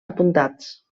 apuntats